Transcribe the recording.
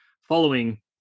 following